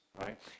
right